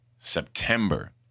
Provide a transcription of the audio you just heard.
September